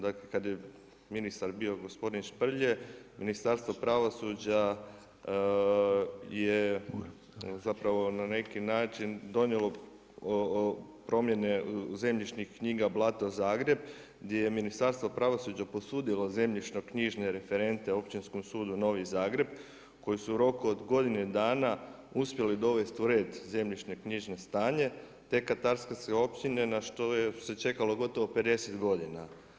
Dakle, kad je ministar bio gospodin Šprlje, Ministarstvo pravosuđa je zapravo na neki način donijelo promjene zemljišnih knjiga Blato Zagreb gdje je Ministarstvo pravosuđa posudilo zemljišno-knjižne referente Općinskom sudu Novi Zagreb koji su u roku od godine dana uspjeli dovesti u red zemljišno-knjižno stanje te katastarske općine na što se čekalo gotovo 50 godina.